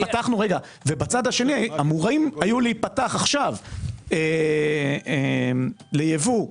בצד השני אמורים היו להיפתח עכשיו לייבוא גבינות.